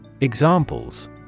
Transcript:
Examples